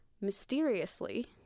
Mysteriously